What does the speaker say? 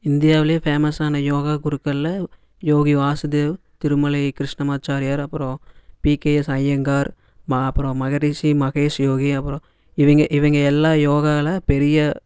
இந்தியாவில் ஃபேமஸ்ஸான யோகா குருக்களில் யோகி வாசுதேவ் திருமலை கிருஷ்ணமாச்சாரியர் அப்புறோம் பிகேஎஸ் ஐயங்கார் மா அப்புறோம் மகரீஷி மகேஷ்யோகி அப்புறோம் இவங்க இவங்க எல்லா யோகாவில பெரிய